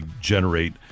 generate